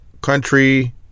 country